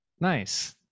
Nice